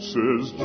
Says